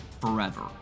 forever